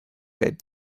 bade